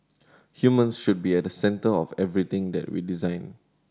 humans should be at the centre of everything that we design